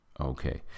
Okay